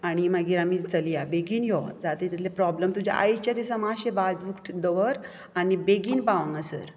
आनी मागीर आमी चल या बेगीन यो जाता तितले प्रोबलम तुजे आयच्या दिसां मातशें बाजूक दवर आनी बेगीन पाव हांगासर